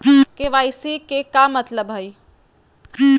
KYC के का मतलब हई?